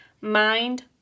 Mind